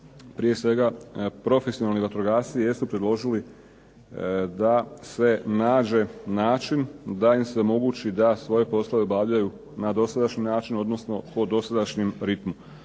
prije svega profesionalni vatrogasci jesu predložili da se nađe način da im se omogući da svoje poslove obavljaju na dosadašnji način odnosno po dosadašnjem ritmu.